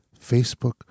Facebook